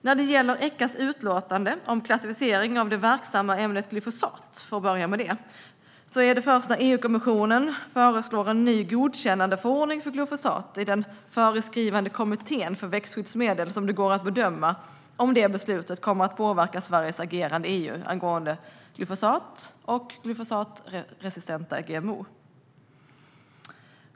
När det gäller Echas utlåtande om klassificeringen av det verksamma ämnet glyfosat är det först när EU-kommissionen föreslår en ny godkännandeförordning för glyfosat i den föreskrivande kommittén för växtskyddsmedel som det går att bedöma om det beslutet kommer att påverka Sveriges agerande i EU avseende glyfosat och glyfosatresistenta GMO.